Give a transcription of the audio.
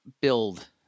build